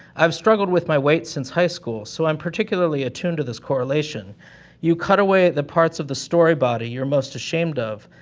i've struggled with my weight since high school, so i'm particularly attuned to this correlation you cut away the parts of the story body you're most ashamed of,